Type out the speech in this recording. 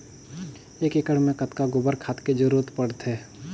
एक एकड़ मे कतका गोबर खाद के जरूरत पड़थे?